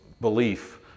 belief